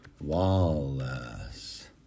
Wallace